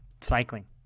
Cycling